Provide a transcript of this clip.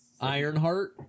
Ironheart